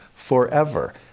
Forever